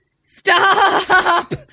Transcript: stop